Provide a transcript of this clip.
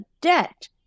debt